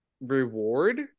reward